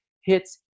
hits